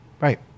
right